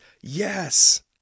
yes